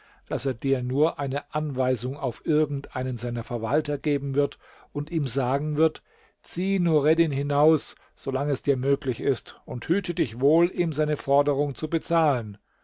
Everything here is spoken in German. daß er dir nur eine anweisung auf irgend einen seiner verwalter geben und ihm sagen wird zieh nureddin hinaus so lange es dir möglich ist und hüte dich wohl ihm seine forderung zu bezahlen